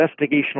investigational